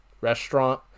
restaurant